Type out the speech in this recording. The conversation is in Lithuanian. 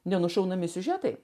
nenušaunami siužetai